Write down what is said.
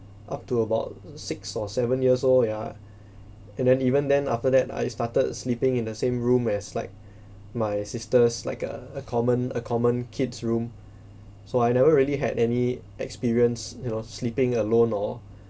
up to about six or seven years old yeah and then even then after that I started sleeping in the same room as like my sister's like a a common a common kids room so I never really had any experience you know sleeping alone or